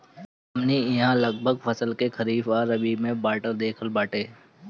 हमनी इहाँ लगभग फसल के खरीफ आ रबी में बाँट देहल बाटे